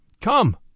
Come